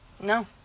no